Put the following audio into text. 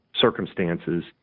circumstances